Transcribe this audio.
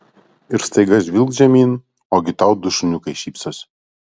ir staiga žvilgt žemyn ogi tau du šuniukai šypsosi